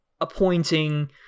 appointing